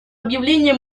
объявления